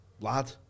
lad